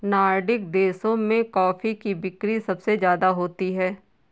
Nordic देशों में coffee की बिक्री सबसे ज्यादा होती है